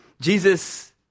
Jesus